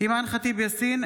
אימאן ח'טיב יאסין,